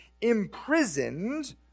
Imprisoned